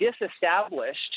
disestablished